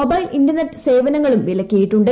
mobile internet സേവനങ്ങളും വിലക്കിയിട്ടുണ്ട്